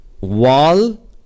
wall